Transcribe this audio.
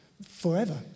Forever